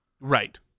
Right